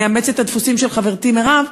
אני אאמץ את הדפוסים של חברתי מרב,